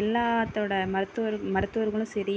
எல்லாத்தோடய மருத்துவர் மருத்துவர்களும் சரி